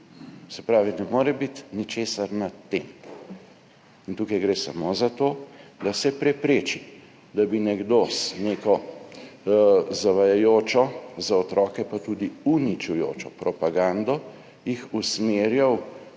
Se pravi, ne more biti ničesar nad tem. Tukaj gre samo za to, da se prepreči, da bi nekdo z neko zavajajočo, za otroke pa tudi uničujočo propagando jih usmerjal